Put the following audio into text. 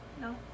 No